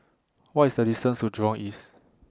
What IS The distance to Jurong East